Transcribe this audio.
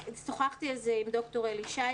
שוחחתי על זה עם ד"ר אלי שיש,